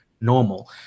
normal